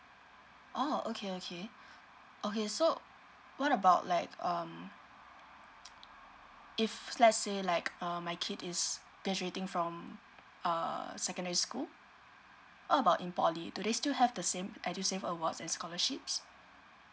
oh okay okay okay so what about like um if let's say like um my kid is graduating from uh secondary school what about in poly do they still have the same edusave awards and scholarships